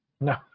No